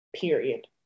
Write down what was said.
period